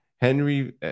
Henry